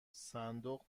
صندوق